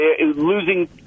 losing